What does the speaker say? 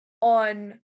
on